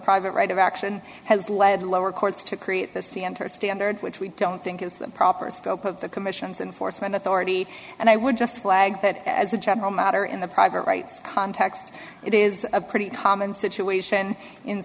private right of action has led lower courts to create the c n tower standard which we don't think is the proper scope of the commissions and force and authority and i would just flag that as a general matter in the private rights context it is a pretty common situation in